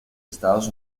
estados